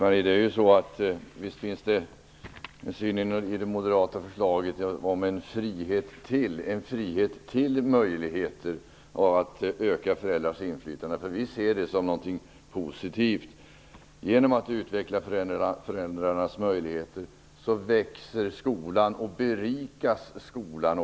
Fru talman! Visst finns det en idé i det moderata förslaget om en frihet till någonting - en frihet till möjligheter att öka föräldrars inflytande. Vi ser det som någonting positivt. Genom att man utvecklar föräldrarnas möjligheter växer och berikas skolan.